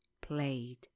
played